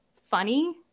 funny